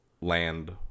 Land